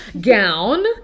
gown